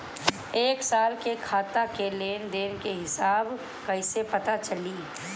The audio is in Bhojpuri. एक साल के खाता के लेन देन के हिसाब कइसे पता चली?